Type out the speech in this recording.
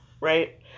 Right